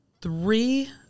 three